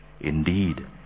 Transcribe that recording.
Indeed